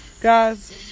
Guys